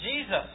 Jesus